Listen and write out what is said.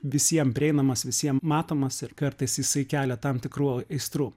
visiem prieinamas visiem matomas ir kartais jisai kelia tam tikrų aistrų